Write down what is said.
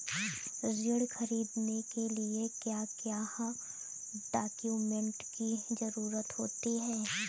ऋण ख़रीदने के लिए क्या क्या डॉक्यूमेंट की ज़रुरत होती है?